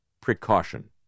precaution